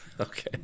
Okay